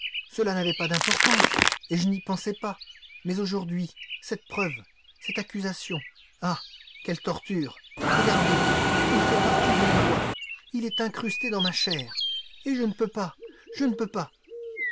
cela n'avait pas d'importance et je n'y pensais pas mais aujourd'hui cette preuve cette accusation ah quelle torture regardez il fait partie de mon doigt il est incrusté dans ma chair et je ne peux pas je ne peux pas